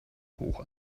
hoch